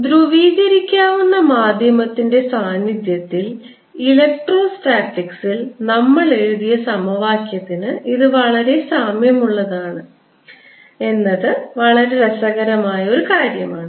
ധ്രുവീകരിക്കാവുന്ന മാധ്യമത്തിന്റെ സാന്നിധ്യത്തിൽ ഇലക്ട്രോസ്റ്റാറ്റിക്സിൽ നമ്മൾ എഴുതിയ സമവാക്യത്തിന് ഇത് വളരെ സാമ്യമുള്ളതാണ് എന്നത് രസകരമാണ്